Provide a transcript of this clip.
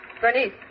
Bernice